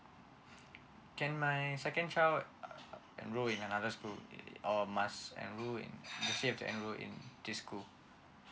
can my second child enroll in another school or must enroll he still have to enroll in this school